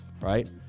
Right